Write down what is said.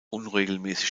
unregelmäßig